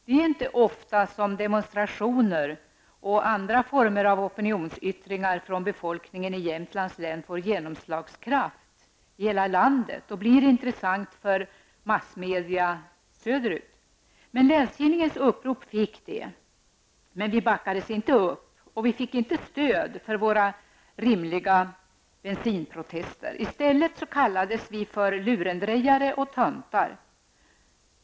Det är inte ofta som demonstrationer och andra missnöjesyttringar från befolkningen i Jämtlands län får genomslagskraft i hela landet och blir intressanta för massmedia söderut. Länstidningens upprop fick det, men vi backades inte upp och vi fick inte stöd för våra rimliga protester. I stället kallades vi för lurendrejare och töntar.